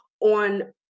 on